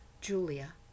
Julia